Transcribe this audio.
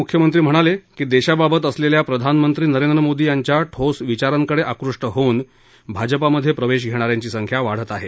मख्यमंत्री म्हणाले की देशाबाबत असलेल्या प्रधानमंत्री नरेंद्र मोंदी यांच्या ठोस विचारांकडे आकृष्ट होऊन भाजपामधे प्रवेश घेणा यांची संख्या वाढत आहे